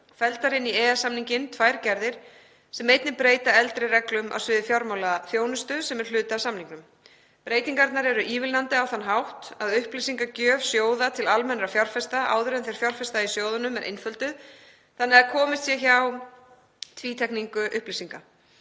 felldar inn í EES-samninginn tvær gerðir sem einnig breyta eldri reglum á sviði fjármálaþjónustu sem eru hluti af samningnum. Breytingarnar eru ívilnandi á þann hátt að upplýsingagjöf sjóða til almennra fjárfesta áður en þeir fjárfesta í sjóðunum er einfölduð, þannig að komist sé hjá tvítekningu upplýsinga.